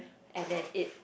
and then it